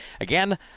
again